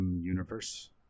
universe